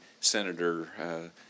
Senator